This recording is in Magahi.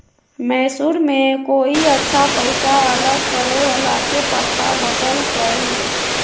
मैसूर में कोई अच्छा पैसा अलग करे वाला के पता बतल कई